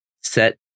set